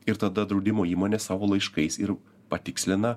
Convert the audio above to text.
ir tada draudimo įmonė savo laiškais ir patikslina